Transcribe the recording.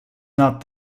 not